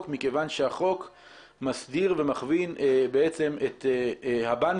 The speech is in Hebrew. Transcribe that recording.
מכיוון שהחוק מסדיר ומכווין את הבנקים